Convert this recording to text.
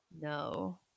No